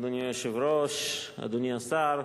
אדוני היושב-ראש, אדוני השר,